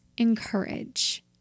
Encourage